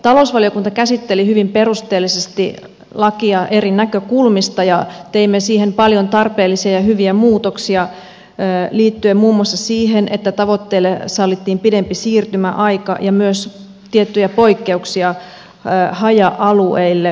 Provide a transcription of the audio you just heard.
talousvaliokunta käsitteli hyvin perusteellisesti lakia eri näkökulmista ja teimme siihen paljon tarpeellisia ja hyviä muutoksia liittyen muun muassa siihen että tavoitteelle sallittiin pidempi siirtymäaika ja myös tiettyjä poikkeuksia haja alueille